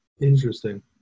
Interesting